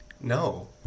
No